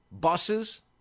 buses